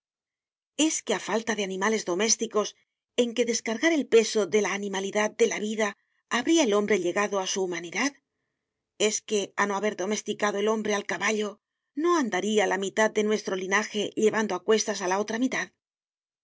es que a falta de animales domésticos en que descargar el peso de la animalidad de la vida habría el hombre llegado a su humanidad es que a no haber domesticado el hombre al caballo no andaría la mitad de nuestro linaje llevando a cuestas a la otra mitad